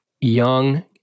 young